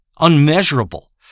unmeasurable